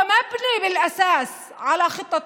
בנוי ביסודו על תוכנית